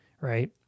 right